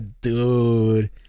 dude